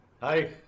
Hi